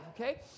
okay